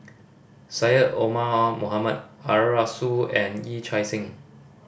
Syed Omar Mohamed Arasu and Yee Chia Hsing